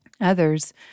others